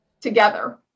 together